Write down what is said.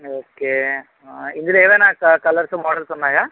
okay ఆ ఇందులో ఏవైనా కలర్సు మోడల్సు ఉన్నాయా